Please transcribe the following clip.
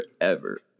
forever